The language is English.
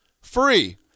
Free